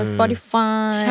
Spotify